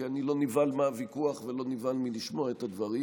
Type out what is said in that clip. כי אני לא נבהל מהוויכוח ולא נבהל מלשמוע את הדברים.